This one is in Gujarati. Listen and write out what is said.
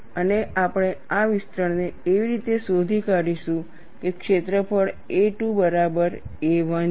અને આપણે આ વિસ્તરણને એવી રીતે શોધી કાઢીશું કે ક્ષેત્રફળ A 2 બરાબર A 1 છે